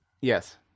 Yes